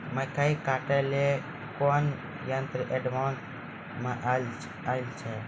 मकई कांटे ले ली कोनो यंत्र एडवांस मे अल छ?